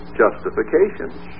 justifications